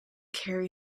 carry